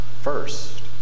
first